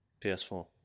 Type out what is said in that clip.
PS4